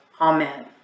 Amen